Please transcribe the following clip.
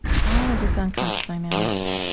all of these unconscious dynamics,